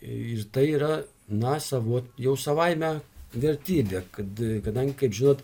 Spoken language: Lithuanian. ir tai yra na sa vo jau savaime vertybė kad kadangi kaip žinot